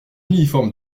uniforme